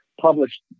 Published